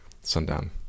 sundown